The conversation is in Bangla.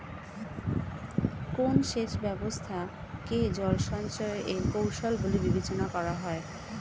কোন সেচ ব্যবস্থা কে জল সঞ্চয় এর কৌশল বলে বিবেচনা করা হয়?